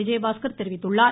விஜயபாஸ்கர் தெரிவித்தார்